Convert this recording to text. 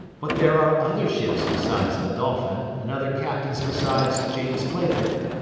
but there are other ships besides the dolphin, and other captains besides james playfair.